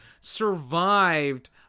survived